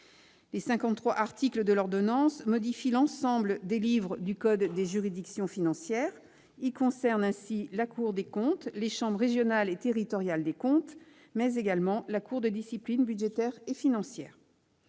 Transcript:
articles de l'ordonnance modifient l'ensemble des livres du code des juridictions financières. Ils concernent ainsi la Cour des comptes, les chambres régionales et territoriales des comptes, mais également la Cour de discipline budgétaire et financière,